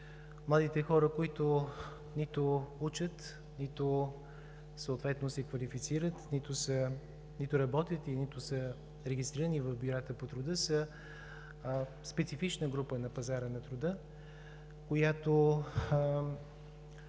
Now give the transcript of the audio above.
младите хора, които нито учат, нито се квалифицират, нито работят и нито са регистрирани в бюрата по труда, са специфична група на пазара на труда, която е